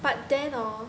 but then hor